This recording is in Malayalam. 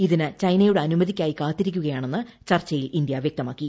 ഇതിന് പ്രിക്ക്ചനയുടെ അനുമതിക്കായി കാത്തിരിക്കുകയാണെന്ന് ചർച്ചയിൽ ഇന്ത്യ വ്യക്തമാക്കി